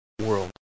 world